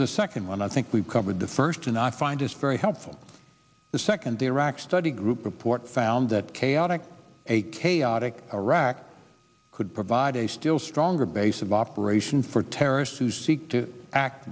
the second one i think we've covered the first and i find this very helpful the second the iraq study group report found that chaotic a chaotic iraq could provide a still stronger base of operation for terrorists who seek to act